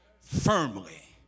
firmly